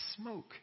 smoke